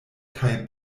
kaj